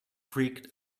creaked